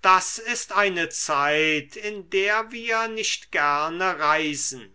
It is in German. das ist eine zeit in der wir nicht gerne reisen